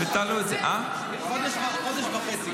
חודש וחצי.